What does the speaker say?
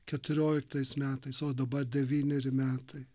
keturioliktais metais o dabar devyneri metai